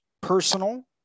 personal